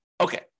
Okay